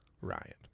Ryan